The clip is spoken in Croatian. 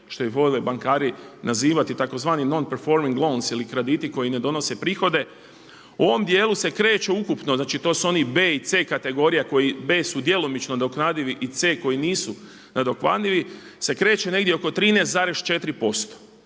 što ih vole bankari nazivati tzv. non performing lons ili krediti koji ne donose prihode u ovom dijelu se kreću ukupno, znači to su oni B i C kategorija koji B su djelomično nadoknadivi i C koji nisu nadoknadivi se kreće negdje oko 13,4%,